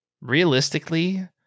Realistically